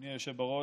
אדוני היושב בראש,